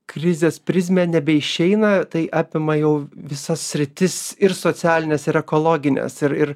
krizės prizmę nebeišeina tai apima jau visas sritis ir socialines ir ekologines ir ir